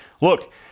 look